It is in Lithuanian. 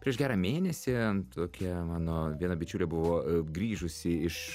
prieš gerą mėnesį tokia mano viena bičiulė buvo grįžusi iš